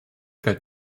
galt